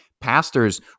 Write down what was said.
Pastors